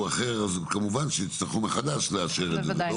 אחר אז כמובן שיצטרכו מחדש לאשר את זה.